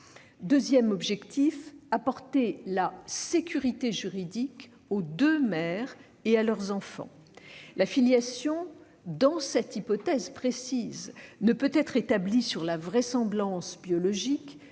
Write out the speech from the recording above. Deuxième objectif : apporter la sécurité juridique aux deux mères et à leurs enfants. La filiation, dans cette hypothèse précise, peut être établie non sur la vraisemblance biologique,